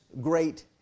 great